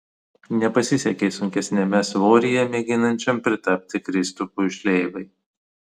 nepasisekė sunkesniame svoryje mėginančiam pritapti kristupui šleivai